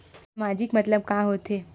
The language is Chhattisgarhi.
सामाजिक मतलब का होथे?